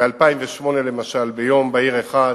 ב-2008, למשל, ביום בהיר אחד,